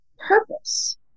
purpose